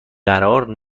قرار